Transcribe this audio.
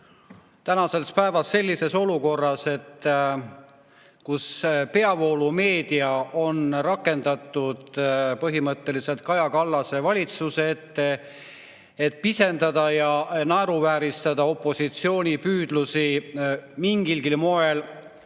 tänases päevas sellises olukorras, kus peavoolumeedia on põhimõtteliselt rakendatud Kaja Kallase valitsuse ette, et pisendada ja naeruvääristada opositsiooni püüdlusi mingilgi moel